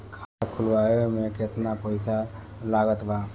खाता खुलावे म केतना पईसा लागत बा?